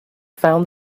found